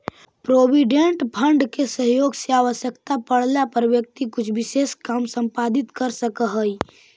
provident fund के सहयोग से आवश्यकता पड़ला पर व्यक्ति कुछ विशेष काम संपादित कर सकऽ हई